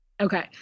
okay